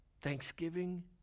Thanksgiving